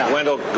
Wendell